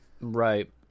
Right